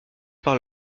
par